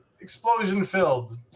explosion-filled